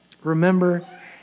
Remember